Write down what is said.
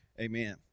amen